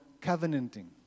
covenanting